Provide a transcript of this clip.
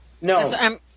No